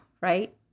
right